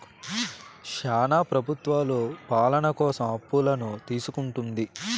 శ్యానా ప్రభుత్వాలు పాలన కోసం అప్పులను తీసుకుంటుంది